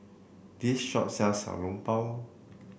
this shop sells Xiao Long Bao